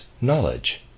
knowledge